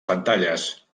pantalles